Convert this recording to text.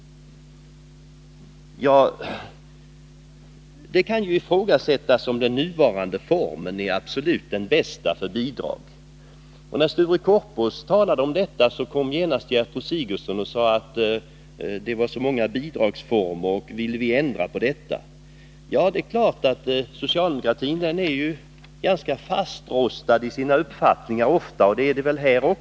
Det kan ifrågasättas om den nuvarande formen för bidrag är den absolut bästa. När Sture Korpås talade om detta, sade genast Gertrud Sigurdsen att det fanns så många bidragsformer. Hon frågade om vi ville ändra på detta. Ja, det är klart att socialdemokratin är ganska fastlåst vid sina uppfattningar. Så är fallet även här.